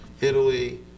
Italy